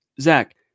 Zach